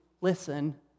listen